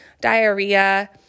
diarrhea